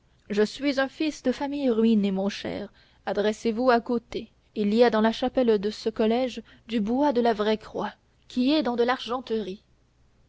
je suis un fils de famille ruiné mon cher adressez-vous à côté il y a dans la chapelle de ce collège du bois de la vraie croix qui est dans de l'argenterie